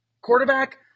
Quarterback